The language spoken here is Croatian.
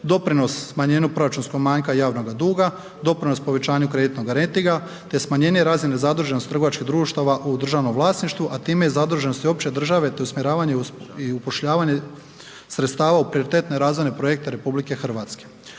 Doprinos smanjenju proračunskog manjka i javnoga duga, doprinos povećanju kreditnoga rejtinga te smanjenje razine zaduženosti trgovačkih društava u državnom vlasništvu, a time i zaduženosti opće države te usmjeravanje i upošljavanje sredstava u prioritetne i razvojne projekte RH.